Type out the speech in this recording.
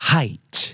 Height